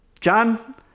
John